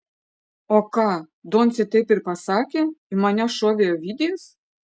o ką doncė taip ir pasakė į mane šovė ovidijus